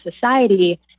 society